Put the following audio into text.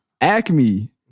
Acme